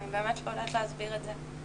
אני באמת לא יודעת להסביר את זה.